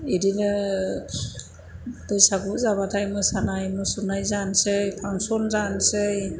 बिदिनो बैसागु जाबाथाय मोसानाय मुसुरनाय जानोसै फांसन जानोसै